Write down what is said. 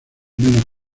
menos